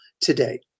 today